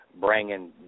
bringing